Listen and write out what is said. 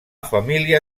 família